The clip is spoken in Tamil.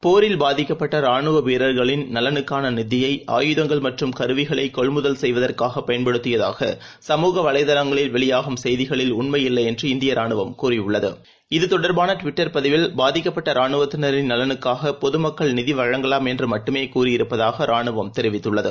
போரில் பாதிக்கபட்டரானுவவீரர்களின் நலனுக்கானநிதியை ஆயுதங்கள் மற்றும் கருவிகளைகொள்முதல் செய்வதற்காகபயன்படுத்தியதாகசமுகவலைதளங்களில் வெளியாகும் செய்திகளில் உண்மையில்லைஎன்று இந்தியராணுவம் கூறியுள்ளது இது தொடர்பானட்விட்டர் பதிவில் பாதிக்கப்பட்டரானுவத்தினரின் நலனுக்காகபொதுமக்கள் நிதிவழங்கலாம் என்றுமட்டுமேகூறியிருப்பதாகராணுவம் தெரிவித்துள்ளது